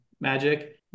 magic